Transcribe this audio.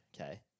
Okay